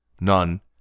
None